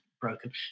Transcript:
broken